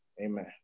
Amen